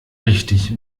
richtig